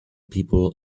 people